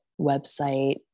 website